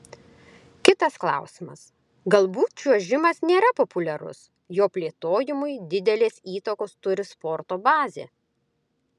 kitas klausimas galbūt čiuožimas nėra populiarus jo plėtojimui didelės įtakos turi sporto bazė